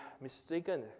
mistaken